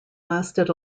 lasted